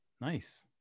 Nice